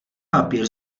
papír